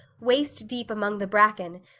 waist deep among the bracken,